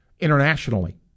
internationally